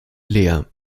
leer